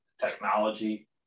technology